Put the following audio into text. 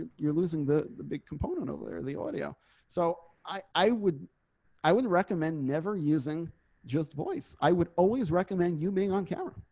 ah you're losing the the big component of their the audio so i would i would recommend never using just voice i would always recommend you may on camera.